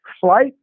flight